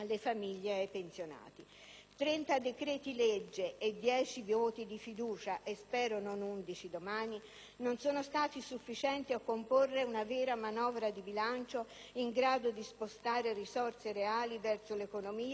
30 decreti-legge e 10 voti di fiducia (che spero non diventino undici domani) non sono stati sufficienti a comporre una vera manovra di bilancio, in grado di spostare risorse reali verso l'economia, il lavoro e le famiglie.